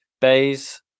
Bayes